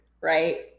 right